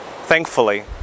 Thankfully